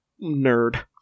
nerd